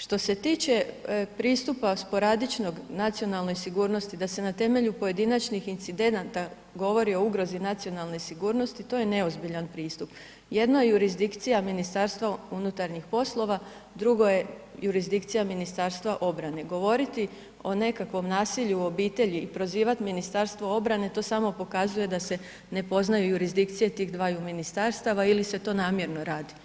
Što se tiče pristupa sporadičnog nacionalne sigurnosti da se na temelju pojedinačnih incidenata govori o ugrozi nacionalne sigurnosti, to je neozbiljan pristup, jedna je jurisdikcija MUP-a, drugo je jurisdikcija Ministarstva obrane, govoriti o nekakvom nasilju u obitelji, prozivat Ministarstvo obrane, to samo pokazuje da se ne poznaje jurisdikcija tih dvaju ministarstava ili se to namjerno radi.